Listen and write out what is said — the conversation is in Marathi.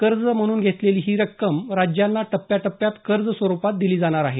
कर्ज म्हणून घेतलेली ही रक्कम राज्यांना टप्प्याटप्प्यात कर्ज स्वरुपात दिली जाणार आहे